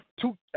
Two